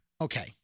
Okay